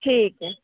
ਠੀਕ ਹੈ